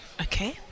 Okay